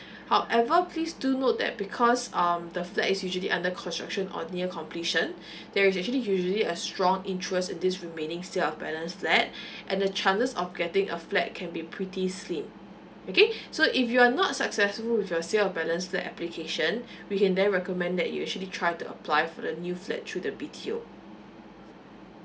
however please do note that because um the flat is usually under construction or near completion there is actually usually a strong interest in this remaining sale of balance flat and the chances of getting a flat can be pretty slim okay so if you're not successful with your sale of balance flat application we can then recommend that you actually try to apply for the new flat through the B_T_O